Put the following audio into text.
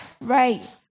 Right